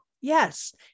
yes